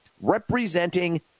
representing